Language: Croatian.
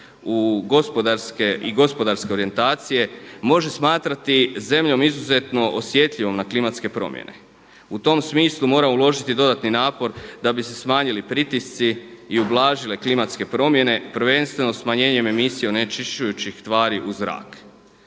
u gospodarske i gospodarske orijentacije može smatrati zemljom izuzetno osjetljivom na klimatske promjene. U tom smislu mora uložiti dodatni napor, da bi se smanjili pritisci i ublažile klimatske promjene, prvenstveno smanjenjem emisije onečišćujućih tvari u zrak.